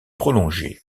prolongé